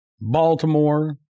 Baltimore